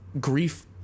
grief